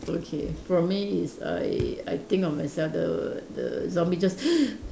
okay for me it's I I think of myself the the zombie just